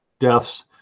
deaths